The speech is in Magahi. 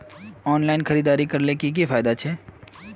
ऑनलाइन खरीदारी करले की की फायदा छे?